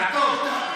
יעקב,